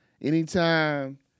anytime